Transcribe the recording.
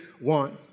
want